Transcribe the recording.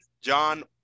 John